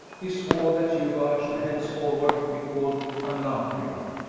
he swore that juba should henceforward be called anacreon,